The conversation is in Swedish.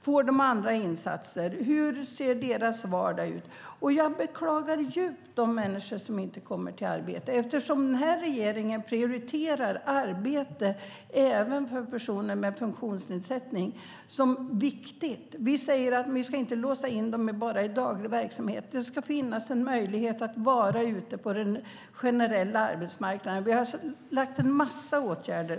Får de andra insatser? Hur ser deras vardag ut? Jag beklagar djupt de människor som inte kommer till arbete eftersom den här regeringen prioriterar arbete även för personer med funktionsnedsättning. Vi säger att vi inte ska låsa in dem bara i daglig verksamhet, utan det ska finnas en möjlighet att vara ute på den generella arbetsmarknaden. Vi har vidtagit en massa åtgärder.